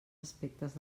aspectes